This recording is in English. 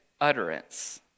utterance